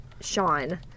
Sean